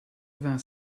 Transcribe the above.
vingt